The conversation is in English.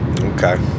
Okay